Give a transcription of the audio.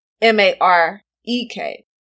M-A-R-E-K